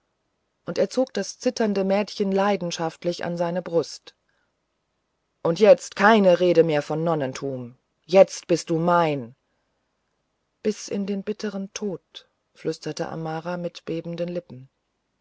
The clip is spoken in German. und er zog das zitternde mädchen leidenschaftlich an seine brust und jetzt ist keine rede mehr von nonnentum jetzt bist du mein bis in den bitteren tod flüsterte amara mit bebenden lippen